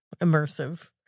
immersive